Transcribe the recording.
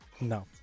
no